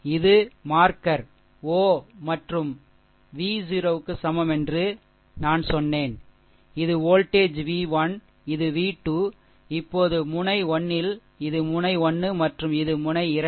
இது marker O மற்றும் V 0 க்கு சமம் என்று நான் சொன்னேன் இது வோல்டேஜ் V 1 இது V 2 இப்போது முனை 1 ல் இது முனை 1 மற்றும் இது முனை 2